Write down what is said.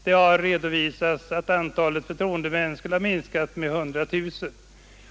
Det har redovisats att antalet förtroendemän skulle ha minskat med 100 000.